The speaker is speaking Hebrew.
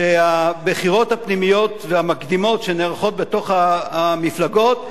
שהבחירות הפנימיות והמקדימות שנערכות בתוך המפלגות,